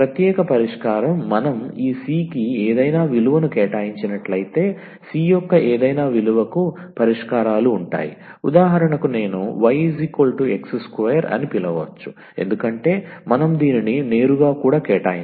ప్రత్యేక పరిష్కారం మనం ఈ c కి ఏదైనా విలువను కేటాయించినట్లయితే c యొక్క ఏదైనా విలువకు పరిష్కారాలు ఉంటాయి ఉదాహరణకు నేను 𝑦 𝑥2 అని పిలవచ్చు ఎందుకంటే మనం దీనిని నేరుగా కూడా కేటాయించవచ్చు